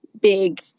big